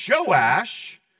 Joash